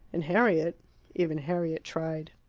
and harriet even harriet tried.